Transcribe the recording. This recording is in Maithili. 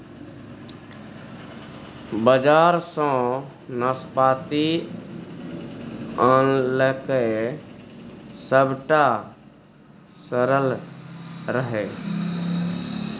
बजार सँ नाशपाती आनलकै सभटा सरल रहय